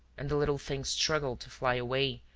and the little things struggled to fly away,